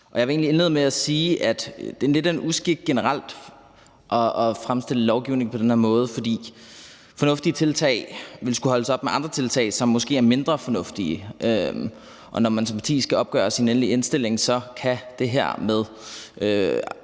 egentlig indlede med at sige, at det generelt er lidt en uskik at fremsætte lovgivning på den her måde, for fornuftige tiltag vil skulle holdes op imod andre tiltag, som måske er mindre fornuftige. Når man som parti skal gøre sin endelige stilling op, kan det her med